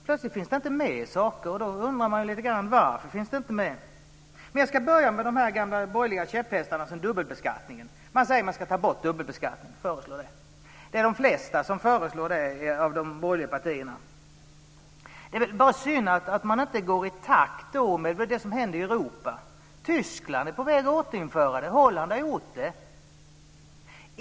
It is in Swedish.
Plötsligt finns det inte med saker, och då undrar man lite grann varför. Jag ska börja med en gammal borgerlig käpphäst som dubbelbeskattningen. Man föreslår att ta bort dubbelbeskattningen. De flesta borgerliga partier gör det. Det är bara synd att man inte går i takt med det som händer i Europa. Tyskland är på väg att återinföra dubbelbeskattningen. Holland har gjort det.